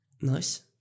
Nice